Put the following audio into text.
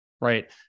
right